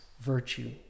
virtue